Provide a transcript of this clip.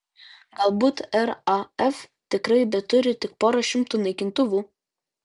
galbūt raf tikrai beturi tik porą šimtų naikintuvų